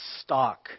stock